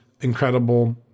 incredible